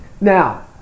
Now